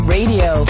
Radio